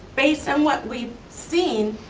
based on what we've seen,